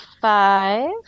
five